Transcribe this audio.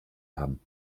haben